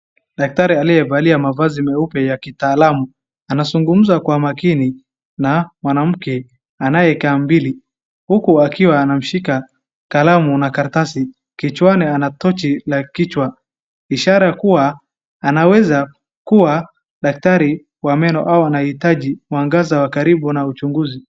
Daktari aliyevaa mavazi meupe ya kitaalamu. Anazungumza kwa makini na mwanamke anayekaambili, huku akiwa anamshika kalamu na karatasi. Kichwani ana tochi la kichwa, ishara kuwa anaweza kuwa daktari wa meno au anahitaji mwangaza wa karibu na uchunguzi.